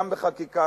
גם בחקיקה,